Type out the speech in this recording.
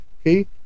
okay